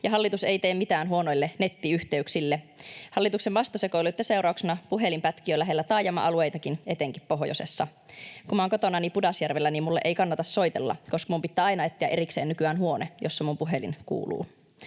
ja hallitus ei tee mitään huonoille nettiyhteyksille. Hallituksen mastosekoiluitten seurauksena puhelin pätkii jo lähellä taajama-alueitakin, etenkin pohjoisessa. Kun olen kotonani Pudasjärvellä, niin minulle ei kannata soitella, koska minun pitää aina nykyään etsiä erikseen huone, jossa puhelimeni kuuluu.